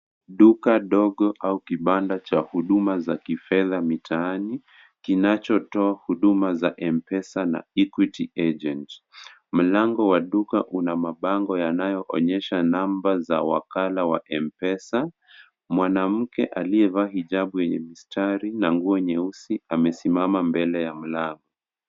Duka ndogo au kibanda cha huduma za kifedha mitaani kinachotoa huduma za M-Pesa na Equity Agent. Mlango wa duka una mabango yanayoonyesha namba za wakala wa M-Pesa. Mwanamke aliyevaa hijabu yenye mistari na nguo nyeusi amesimama mbele ya mlango.